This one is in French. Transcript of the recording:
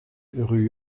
rue